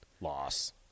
Loss